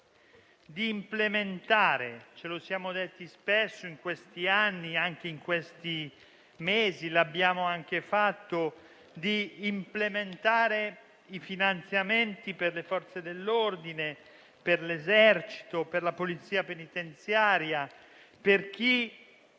anche fatto) i finanziamenti per le Forze dell'ordine, per l'Esercito, per la Polizia penitenziaria, per chi